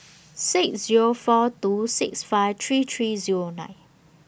six Zero four two six five three three Zero nine